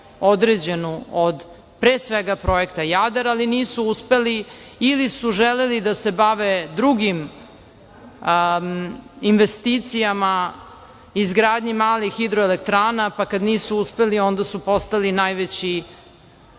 određenu od pre svega projekta „Jadar“, ali nisu uspeli ili su želeli da se bave drugim investicijama, izgradnjom malih hidroelektrana, pa kada nisu uspeli onda su postali najveći